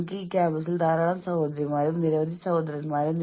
എനിക്ക് വല്ലാത്ത സമ്മർദ്ദമുണ്ട് എന്തിനെക്കുറിച്ചാണ് സമ്മർദ്ദത്തിലായത്